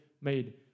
made